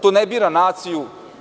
To ne bira naciju.